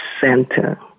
center